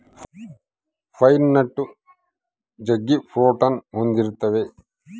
pine nut ಜಗ್ಗಿ protein ಹೊಂದಿರ್ತವ